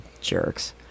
Jerks